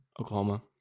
Oklahoma